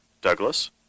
Douglas